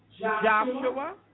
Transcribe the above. Joshua